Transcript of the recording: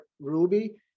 Ruby